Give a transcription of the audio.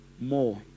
more